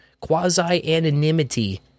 Quasi-anonymity